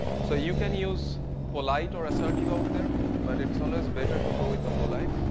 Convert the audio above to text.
so you can use polite or assertive out there but it's always better to go with the polite.